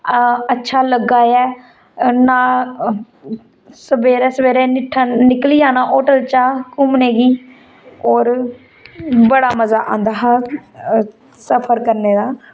अच्छा लग्गा ऐ ना सबैह्रे सबैह्रे निट्ठा निकली जाना होटल चा घूमने गी होर बड़ा मजा आंदा हा सफर करने दा